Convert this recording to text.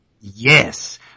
Yes